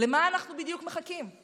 למה אנחנו בדיוק מחכים?